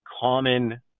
common